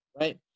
right